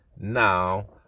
now